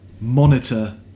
monitor